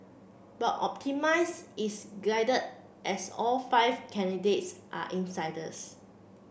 but optimise is guided as all five candidates are insiders